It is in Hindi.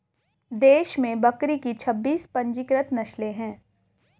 देश में बकरी की छब्बीस पंजीकृत नस्लें हैं